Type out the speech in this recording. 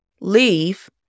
Leave